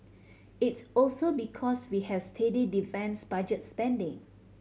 it's also because we have steady defence budget spending